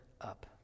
up